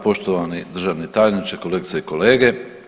Poštovani državni tajniče, kolegice i kolege.